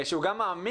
שהוא גם מעמיק,